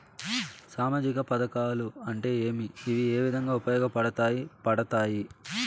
సామాజిక పథకాలు అంటే ఏమి? ఇవి ఏ విధంగా ఉపయోగపడతాయి పడతాయి?